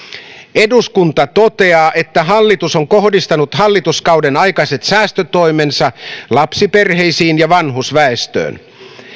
eduskunta toteaa että hallitus on kohdistanut hallituskauden aikaiset säästötoimensa lapsiperheisiin ja vanhusväestöön